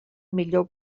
millor